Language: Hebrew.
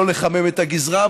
לא לחמם את הגזרה,